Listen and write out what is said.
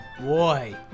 boy